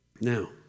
Now